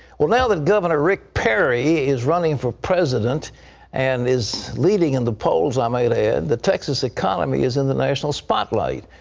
well, now that governor rick perry is running for president and is leading in the polls, i might add, the texas economy is in the national spotlight.